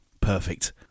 Perfect